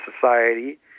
society